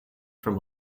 from